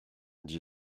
dit